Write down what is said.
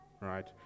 right